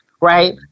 right